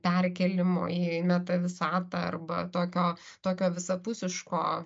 perkėlimo į meta visatą arba tokio tokio visapusiško